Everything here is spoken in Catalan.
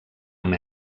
amb